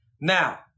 Now